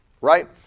right